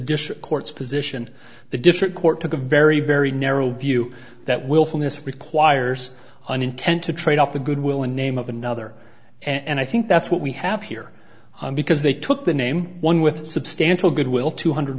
district court's position the district court took a very very narrow view that wilfulness requires an intent to trade off the goodwill and name of another and i think that's what we have here because they took the name one with substantial goodwill two hundred